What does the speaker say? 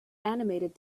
animated